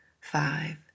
five